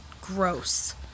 gross